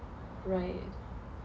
right